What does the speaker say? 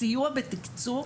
סיוע בתקצוב,